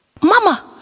Mama